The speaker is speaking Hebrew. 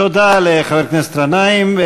תודה לחבר הכנסת גנאים.